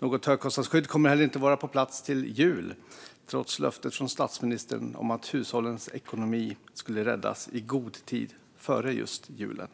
Något högkostnadsskydd kommer inte heller att vara på plats till jul, trots löftet från statsministern om att hushållens ekonomi skulle räddas i god tid före just julen.